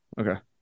okay